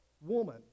woman